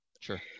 Sure